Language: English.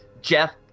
Jeff